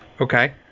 Okay